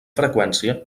freqüència